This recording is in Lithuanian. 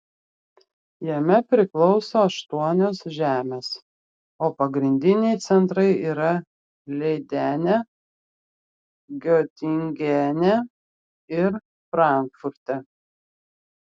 jame priklauso aštuonios žemės o pagrindiniai centrai yra leidene giotingene ir frankfurte